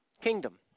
kingdom